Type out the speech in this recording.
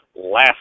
last